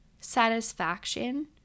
satisfaction